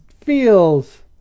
feels